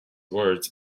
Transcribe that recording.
words